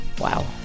Wow